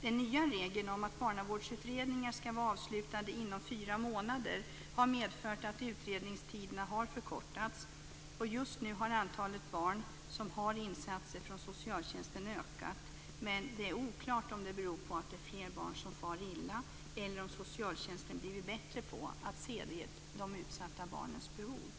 Den nya regeln om att barnavårdsutredningar ska vara avslutade inom fyra månader har medfört att utredningstiderna har förkortats. Just nu har antalet barn som har insatser från socialtjänsten ökat, men det är oklart om det beror på att det är fler barn som far illa eller om Socialtjänsten har blivit bättre på att se de utsatta barnens behov.